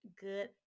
good